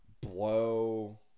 blow